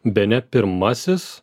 bene pirmasis